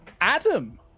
Adam